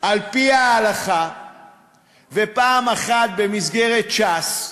על-פי ההלכה ופעם אחת במסגרת ש"ס,